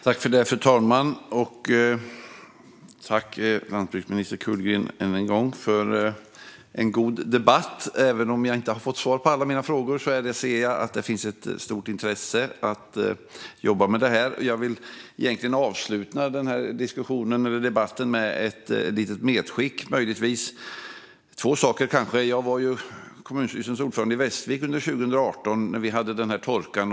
Fru talman! Jag tackar än en gång landsbygdsminister Kullgren för en god debatt. Även om jag inte har fått svar på alla mina frågor ser jag att det finns ett stort intresse för att jobba med detta. Jag vill avsluta den här debatten med ett litet medskick. Jag var ju kommunstyrelsens ordförande i Västervik under torkan 2018.